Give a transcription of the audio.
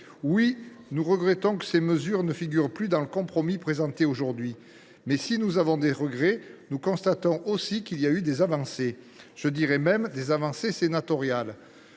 Oui, nous regrettons que ces mesures ne figurent plus dans le compromis qui est présenté aujourd’hui. Mais si nous avons des regrets, nous constatons aussi des avancées, plus exactement des avancées sénatoriales.